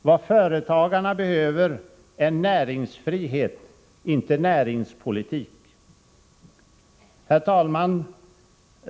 Vad företagarna behöver är näringsfrihet, inte näringspolitik. Herr talman!